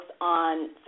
on